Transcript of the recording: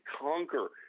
conquer